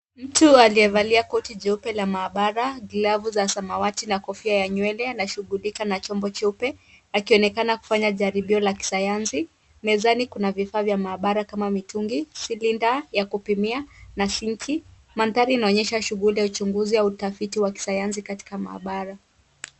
Mtu aliyevalia koti jeupe la maabara glavu za samawati na kofia ya nywele anashughulika na chombo cheupe akionekana kufanya jaribio la kisayansi mezani kuna vifaa vya maabara kama mitungi, silinda ya kupimia na sinki mandhari inaonyesha shughuli ya uchunguzi ama utafiti wa kisanyansi katika maabara.